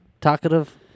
talkative